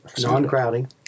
Non-crowding